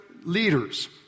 leaders